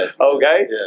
okay